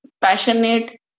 passionate